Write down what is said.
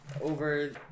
over